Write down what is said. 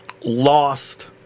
lost